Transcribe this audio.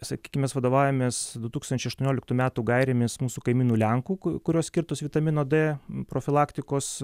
sakykim mes vadovaujamės du tūkstančiai aštuonioliktų metų gairėmis mūsų kaimynų lenkų kurios skirtos vitamino d profilaktikos